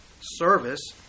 service